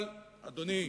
אבל, אדוני,